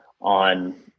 on